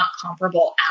comparable